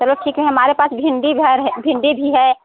चलो ठीक है हमारे पास भिंडी घर भिंडी भी है